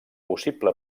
possible